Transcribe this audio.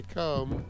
come